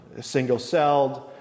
single-celled